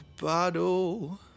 bottle